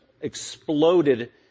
exploded